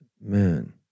man